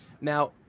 Now